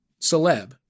celeb